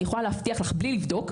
אני יכולה להבטיח לך בלי לבדוק,